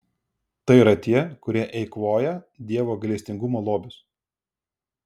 tai yra tie kurie eikvoja dievo gailestingumo lobius